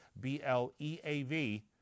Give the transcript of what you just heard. B-L-E-A-V